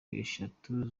eshatu